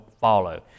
follow